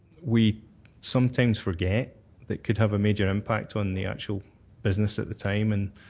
we sometimes forget that could have a major impact on the actual business at the time and